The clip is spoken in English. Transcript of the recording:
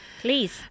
Please